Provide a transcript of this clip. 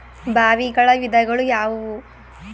ಬಾವಿಗಳ ವಿಧಗಳು ಯಾವುವು?